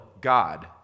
God